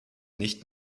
nicht